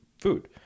food